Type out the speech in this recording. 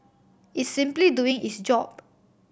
it's simply doing its job